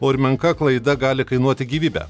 o ir menka klaida gali kainuoti gyvybę